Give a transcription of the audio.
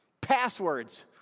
passwords